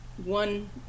one